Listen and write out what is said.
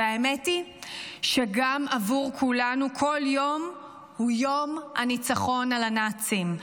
והאמת היא שגם עבור כולנו כל יום הוא יום הניצחון על הנאצים,